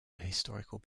historical